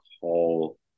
call